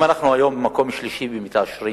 אם אנחנו היום מקום שלישי במתעשרים,